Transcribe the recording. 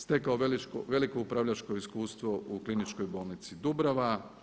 Stekao veliko upravljačko iskustvo u Kliničkoj bolnici Dubrava.